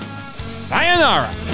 Sayonara